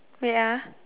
wait ah